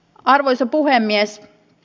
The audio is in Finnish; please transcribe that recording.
arvoisa puhemies